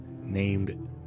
named